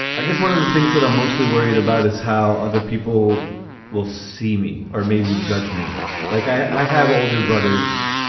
i guess one of the things that i'm mostly worried about is how other people will see me or maybe judge me like i have older brothers.